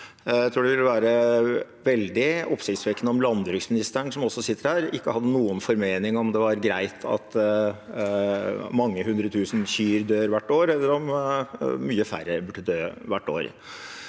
Jeg tror det ville vært veldig oppsiktsvekkende om landbruksministeren, som også sitter her, ikke hadde noen formening om det var greit at mange hundre tusen kyr dør hvert år, eller om mange færre burde dø hvert år.